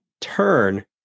turn